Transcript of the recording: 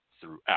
throughout